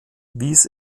wies